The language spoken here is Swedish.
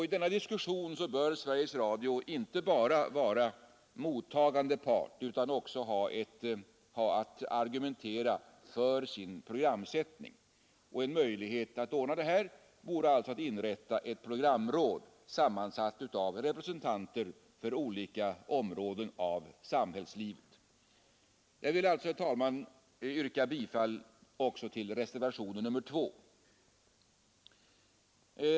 I denna diskussion bör Sveriges Radio inte bara vara mottagande part utan också ha att argumentera för sin programsättning. En möjlighet att ordna detta vore att inrätta ett programråd sammansatt av representanter för olika områden av samhällslivet. Jag vill alltså, herr talman, yrka bifall också till reservationen 2.